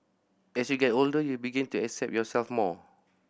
as you get older you begin to accept yourself more